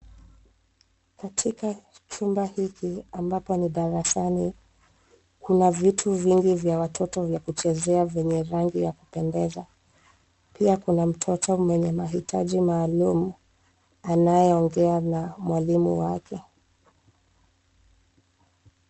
Katika chumba hiki ambapo ni darasani kuna vitu vingi vya watoto vya kuchezea venye rangi ya kupendeza. Pia kuna mtoto mwenye mahitaji maalum anayeongea na mwalimu wake.